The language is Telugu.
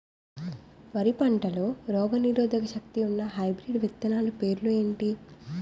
వరి పంటలో రోగనిరోదక శక్తి ఉన్న హైబ్రిడ్ విత్తనాలు పేర్లు ఏంటి?